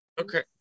Okay